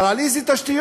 אבל על איזה תשתיות?